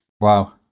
Wow